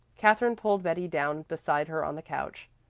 katherine pulled betty down beside her on the couch.